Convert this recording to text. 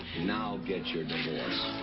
now get your divorce.